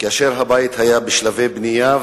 כאשר הבית היה בשלבי בנייה,